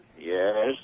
Yes